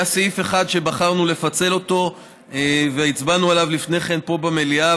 היה סעיף אחד שבחרנו לפצל אותו והצבענו עליו לפני כן פה במליאה,